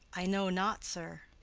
i know not, sir.